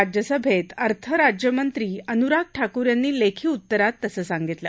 राज्यसभती अर्थ राज्यमंत्री अनुराग ठाकूर यांनी लखी उत्तरात तसं सांगितलं